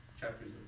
chapters